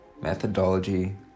methodology